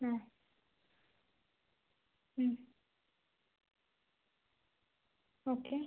ആ മ് ഓക്കെ